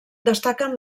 destaquen